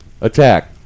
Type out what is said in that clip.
attack